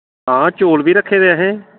हां चौल बी रक्खे दे असें